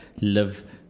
live